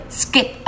skip